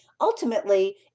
Ultimately